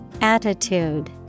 Attitude